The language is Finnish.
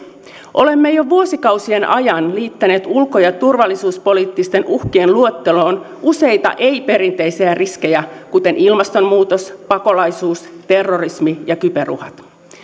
olemme jo vuosikausien ajan liittäneet ulko ja turvallisuuspoliittisten uhkien luetteloon useita ei perinteisiä riskejä kuten ilmastonmuutos pakolaisuus terrorismi ja kyberuhat